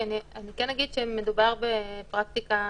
אני כן אגיד שמדובר בפרקטיקה